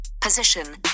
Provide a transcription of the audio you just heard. position